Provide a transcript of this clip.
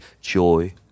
joy